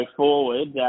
forward